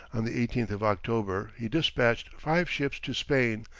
on the eighteenth of october he despatched five ships to spain,